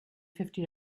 fifty